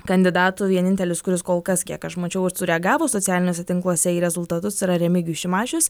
kandidatų vienintelis kuris kol kas kiek aš mačiau sureagavo socialiniuose tinkluose į rezultatus yra remigijus šimašius